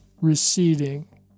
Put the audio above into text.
receding